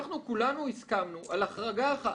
אנחנו כולנו הסכמנו על החרגה אחת